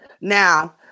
now